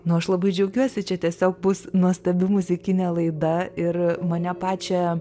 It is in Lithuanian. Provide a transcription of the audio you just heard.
nu aš labai džiaugiuosi čia tiesiog bus nuostabi muzikinė laida ir mane pačią